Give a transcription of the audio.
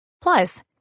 Plus